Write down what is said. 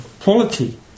quality